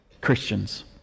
Christians